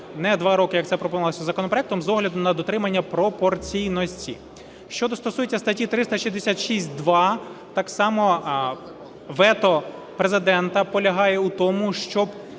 не 2 роки, як це пропонувалось законопроектом, з огляду на дотримання пропорційності. Що стосується статті 366-2, так само вето Президента полягає в тому, щоб